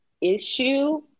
issue